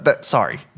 sorry